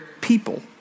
people